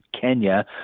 Kenya